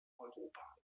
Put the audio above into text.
europa